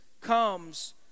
comes